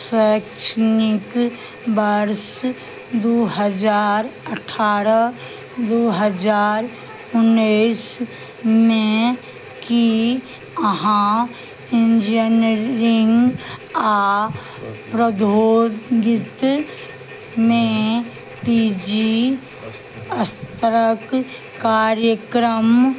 शैक्षणिक वर्ष दू हजार अठारह दू हजार उन्नैसमे की अहाँ इंजीनियरिंग आओर प्राद्योगिकीमे पी जी स्तरक कार्यक्रम